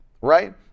right